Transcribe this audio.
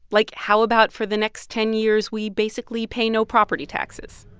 like, how about for the next ten years we basically pay no property taxes?